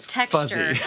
texture